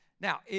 Now